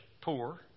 poor